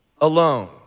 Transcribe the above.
alone